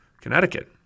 Connecticut